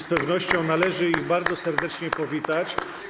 Z pewnością należy ją bardzo serdecznie powitać.